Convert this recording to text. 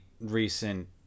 recent